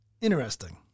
Interesting